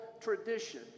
tradition